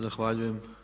Zahvaljujem.